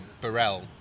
Burrell